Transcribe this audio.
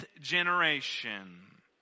generation